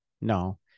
No